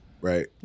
right